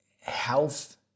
health